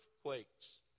earthquakes